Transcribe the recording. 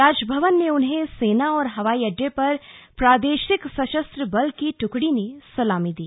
राजभवन में उन्हें सेना और हवाई अड्डे पर प्रार्देशिक सशस्त्र बल की टुकड़ी ने सलामी दी